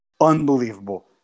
unbelievable